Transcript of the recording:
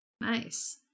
nice